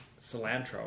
cilantro